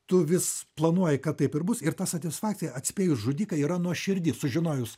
tu vis planuoji kad taip ir bus ir ta satisfakcija atspėjus žudiką yra nuoširdi sužinojus